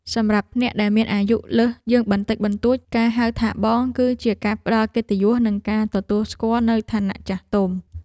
សម្រាប់អ្នកដែលមានអាយុលើសយើងបន្តិចបន្តួចការហៅថាបងគឺជាការផ្ដល់កិត្តិយសនិងការទទួលស្គាល់នូវឋានៈចាស់ទុំ។